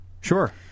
Sure